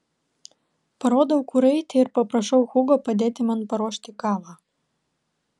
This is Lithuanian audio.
parodau kur eiti ir paprašau hugo padėti man paruošti kavą